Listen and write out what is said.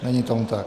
Není tomu tak.